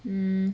hmm